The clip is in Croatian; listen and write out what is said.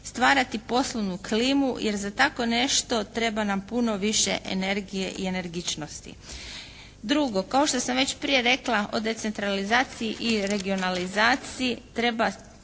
stvarati poslovnu klimu, jer za takvo nešto treba nam puno više energije i energičnosti. Drugo, kao što sam već prije rekla o decentralizaciji i regionalizaciji treba